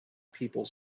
people